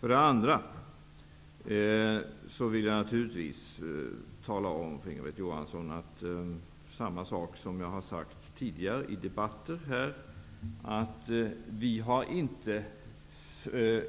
För det andra vill jag naturligtvis tala om för Inga Britt Johansson detsamma som jag har sagt tidigare i debatter här, att vi inte